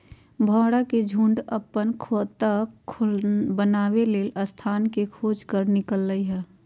भौरा के झुण्ड अप्पन खोता बनाबे लेल स्थान के खोज पर निकलल हइ